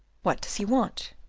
what does he want?